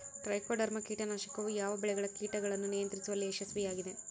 Trichoderma ಕೇಟನಾಶಕವು ಯಾವ ಬೆಳೆಗಳ ಕೇಟಗಳನ್ನು ನಿಯಂತ್ರಿಸುವಲ್ಲಿ ಯಶಸ್ವಿಯಾಗಿದೆ?